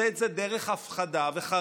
והוא עושה את זה דרך הפחדה וחרדה.